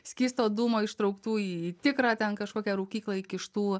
skysto dūmo ištrauktų į tikrą ten kažkokią rūkyklą įkištų